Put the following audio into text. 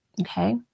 Okay